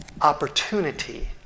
opportunity